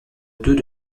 deux